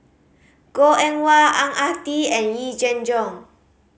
Goh Eng Wah Ang Ah Tee and Yee Jenn Jong